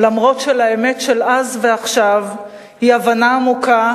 למרות שהאמת של אז ועכשיו היא הבנה עמוקה